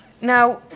Now